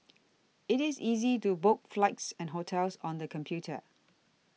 it is easy to book flights and hotels on the computer